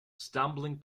stumbling